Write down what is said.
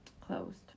closed